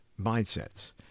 mindsets